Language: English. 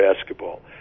basketball